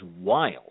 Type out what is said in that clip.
wild